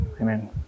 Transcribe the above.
Amen